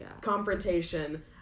confrontation